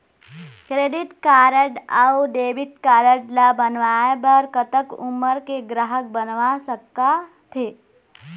Credit card अऊ debit card ला बनवाए बर कतक उमर के ग्राहक बनवा सका थे?